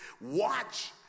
Watch